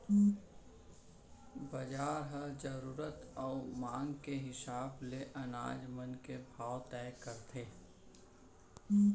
बजार ह जरूरत अउ मांग के हिसाब ले अनाज मन के भाव तय करथे